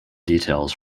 details